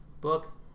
book